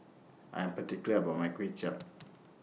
I Am particular about My Kuay Chap